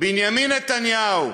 בנימין נתניהו,